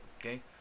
Okay